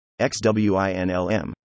XWINLM